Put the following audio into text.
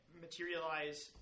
materialize